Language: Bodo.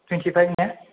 थुइनथिफाइभ ना